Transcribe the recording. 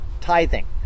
tithing